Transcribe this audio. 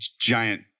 giant